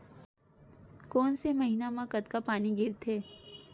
कोन से महीना म कतका पानी गिरथे?